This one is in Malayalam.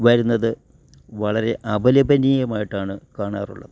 വരുന്നത് വളരെ അപലപനീയമായിട്ടാണ് കാണാറുള്ളത്